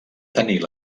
tenir